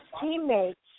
teammates